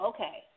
Okay